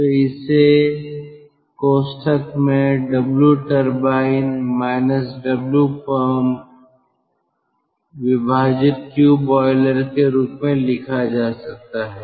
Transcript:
तो इसे Qboiler के रूप में लिखा जा सकता है